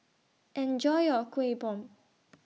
Enjoy your Kuih Bom